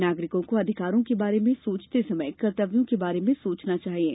नागरिकों को अधिकारों के बारे में सोंचते समय कर्तव्यों के बारे में सोंचना चाहिये